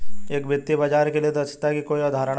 एक वित्तीय बाजार के लिए दक्षता की कई अवधारणाएं हैं